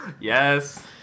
Yes